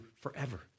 forever